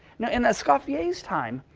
now, in escoffier's time,